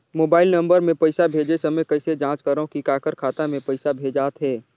Mobile number मे पइसा भेजे समय कइसे जांच करव की काकर खाता मे पइसा भेजात हे?